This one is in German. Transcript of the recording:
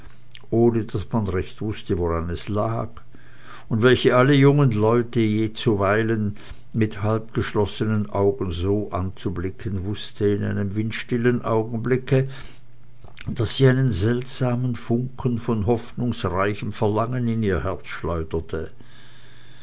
ohne daß man recht wußte woran es lag und welche alle jungen leute jezuweilen mit halbgeschlossenen augen so anzublicken wußte in einem windstillen augenblicke daß sie einen seltsamen funken von hoffnungsreichem verlangen in ihr herz schleuderte